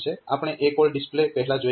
આપણે ACALL DISP પહેલા જોઈ ગયા